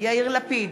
יאיר לפיד,